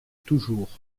toujours